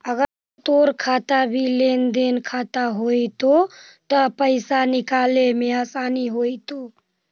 अगर तोर खाता भी लेन देन खाता होयतो त पाइसा निकाले में आसानी होयतो